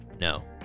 No